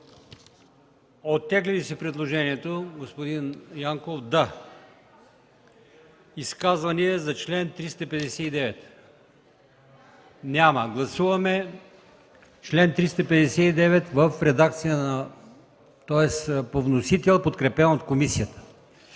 Оттегля ли се предложението, господин Янков? Да. Изказвания за чл. 359? Няма. Гласуваме чл. 359 – по вносител, подкрепен от комисията.